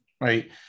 right